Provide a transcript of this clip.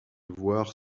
voir